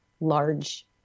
large